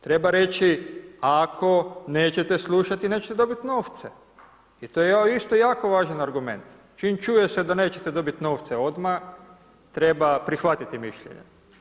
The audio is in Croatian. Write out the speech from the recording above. Treba reći ako nećete slušati nećete dobiti novce i to je isto jako važan argument, čim čuje se da nećete dobiti novce odmah treba prihvatiti mišljenja.